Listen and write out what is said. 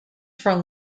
from